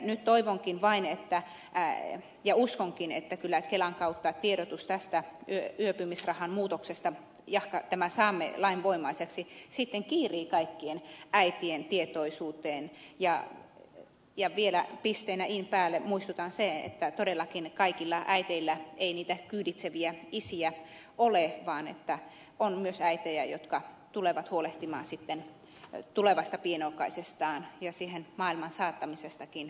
nyt toivonkin vain ja uskonkin että kyllä kelan kautta tiedotus tästä yöpymisrahan muutoksesta jahka tämän saamme lainvoimaiseksi sitten kiirii kaikkien äitien tietoisuuteen ja vielä pisteenä in päälle muistutan siitä että todellakaan kaikilla äideillä ei niitä kyyditseviä isiä ole vaan on myös äitejä jotka tulevat huolehtimaan sitten tulevasta pienokaisestaan ja sen maailmaansaattamisestakin aika yksin